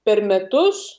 per metus